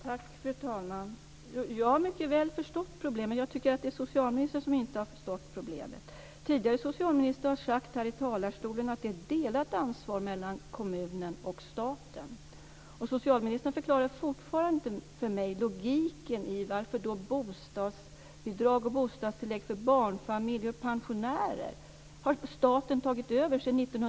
Fru talman! Jag har mycket väl förstått problemet. Jag tycker att det är socialministern som inte har förstått problemet. Tidigare socialministrar har sagt här i talarstolen att det är ett delat ansvar mellan kommunen och staten. Socialministern förklarar fortfarande inte logiken för mig. Staten tog 1995 över bostadsbidrag och bostadstillägg för barnfamiljer och pensionärer.